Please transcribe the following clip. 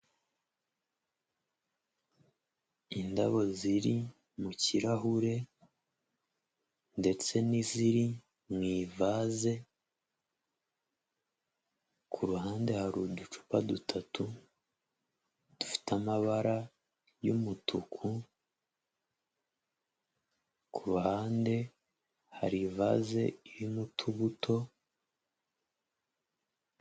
Indabo ziri mu kirahure ndetse n'iziri mu ivaze, ku ruhande hari uducupa dutatu dufite amabara y'umutuku, ku ruhande hari ivaze irimo utubuto.